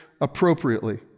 appropriately